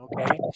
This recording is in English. Okay